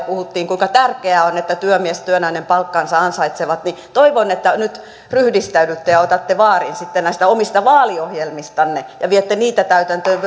puhuttiin kuinka tärkeää on että työmies ja työnainen palkkansa ansaitsevat toivon että nyt ryhdistäydytte ja otatte vaarin sitten näistä omista vaaliohjelmistanne ja viette niitä täytäntöön